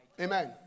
Amen